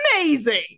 amazing